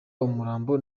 umurambo